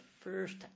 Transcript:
first